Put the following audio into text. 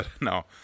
No